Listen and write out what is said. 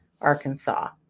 Arkansas